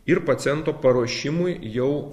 ir paciento paruošimui jau